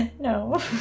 No